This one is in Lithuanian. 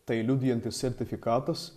tai liudijantis sertifikatas